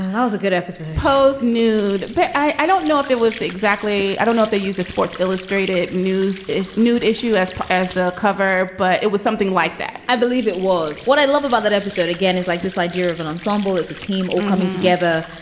was a good efficent pose nude. but i i don't know if it was the. exactly i don't know if they use a sports illustrated news nude issue as as the cover, but it was something like that i believe it was. what i love about that episode, again, is like this idea of an ensemble as a team all coming together.